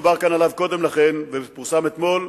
שדובר כאן עליו קודם לכן ופורסם אתמול,